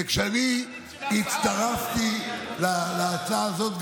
וכשאני הצטרפתי להצעה הזאת,